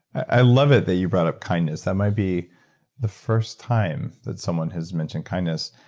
i love it that you brought up kindness, that might be the first time that someone has mentioned kindness.